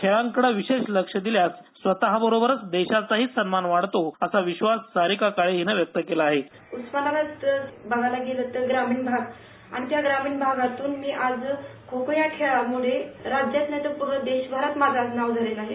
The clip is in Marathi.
खेळांकडे विशेष लक्ष दिल्यास स्वतःबरोबरच देशाचाही सन्मान वाढतो असा विश्वास सारिका काळे हिने व्यक्त केला आहे उस्मानाबाद बघायला गेलं तर ग्रामीण भाग आणि त्या ग्रामीण भागातून मी आज खो खो या खेळामुळे राज्यात नाहीतर पूर्ण देशभरात आज माझं नाव झालं आहे